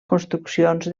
construccions